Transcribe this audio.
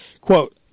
quote